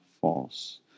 false